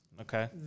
okay